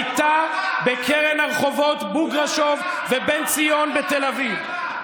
הייתה בקרן הרחובות בוגרשוב ובן ציון בתל אביב,